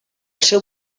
seu